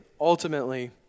ultimately